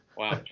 Wow